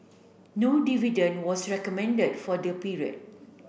no dividend was recommended for the period